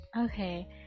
Okay